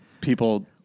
people